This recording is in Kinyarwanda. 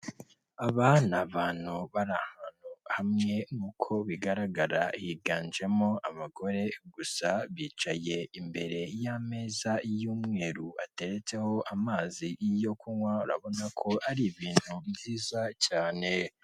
Aba ni abantu bari ahantu hamwe nk'uko bigaragara higanjemo abagore gusa, bicaye imbere y'ameza y'umweru ateretseho amazi yo kunywa, urabona ko ari ibintu byiza cyane.